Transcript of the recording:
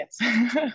yes